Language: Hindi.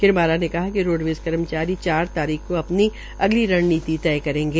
किरमारा ने कहा कि रोडवेज़ कर्मचारी चार तारीख को अपनी अगली रणनीति तैयार करेंगे